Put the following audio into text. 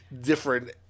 different